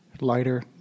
lighter